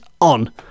on